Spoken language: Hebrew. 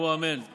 ואמרו